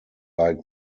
like